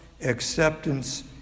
acceptance